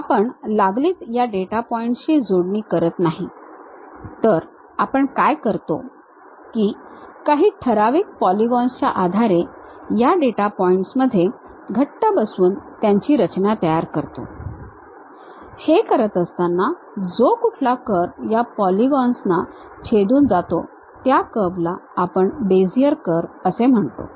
आपण लागलीच या डेटा पॉइंट्सची जोडणी करत नाही तर आपण काय करतो की काही ठराविक पॉलीगॉनस च्या आधारे या डेटा पॉईंट्समध्ये घट्ट बसवून त्यांची रचना तयार करतो हे करत असताना जो कुठला कर्व या पॉलीगॉनस ना छेदून जातो त्या कर्व ला आपण बेझियर कर्व म्हणतो